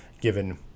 given